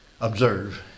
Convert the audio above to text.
Observe